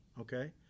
Okay